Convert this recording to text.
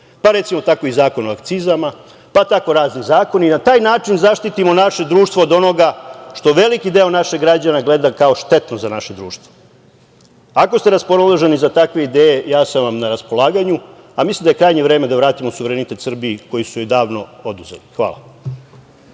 Recimo tako i Zakon o akcizama, pa tako razni zakoni i na taj način zaštitimo naše društvo od onoga što veliki deo naših građana gleda kao štetno za naše društvo. Ako ste raspoloženi za takve ideje, ja sam vam na raspolaganju, a mislim da je krajnje vreme da vratimo suverenitet Srbiji koji su joj davno oduzeli. Hvala.